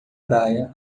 praia